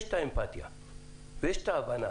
יש אמפטיה והבנה,